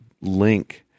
link